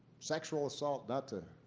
sexual assault, not to